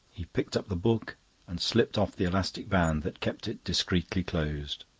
he picked up the book and slipped off the elastic band that kept it discreetly closed.